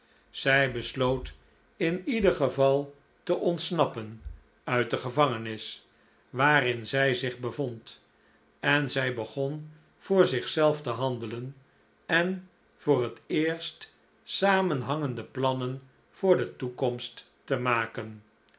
zij besloot in ieder geval te ontsnappen uit de gevangenis waarin zij zich bevond en zij begon voor zichzelf te handelen en voor het eerst samenhangende plannen voor de toekomst te maken